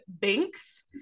Binks